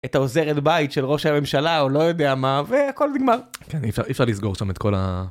את העוזרת בית של ראש הממשלה או לא יודע מה והכל נגמר. כן, אי אפשר לסגור שם את כל ה..